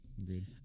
agreed